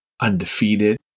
Undefeated